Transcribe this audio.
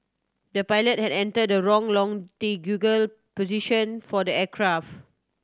the pilot had entered the wrong longitudinal position for the aircraft